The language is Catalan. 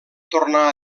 tornar